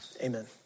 amen